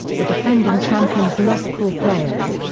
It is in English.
the defending champions lost core players,